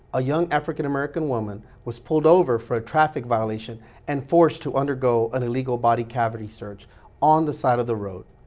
a young african-american woman was pulled over for a traffic violation and forced to undergo an illegal body cavity search on the side of the road.